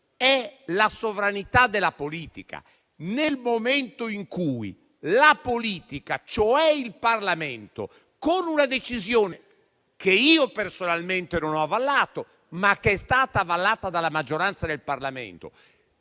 è la sovranità della politica. La politica, cioè il Parlamento, con una decisione che io personalmente non ho avallato, ma che è stata avallata dalla maggioranza del Parlamento,